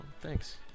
Thanks